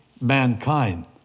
mankind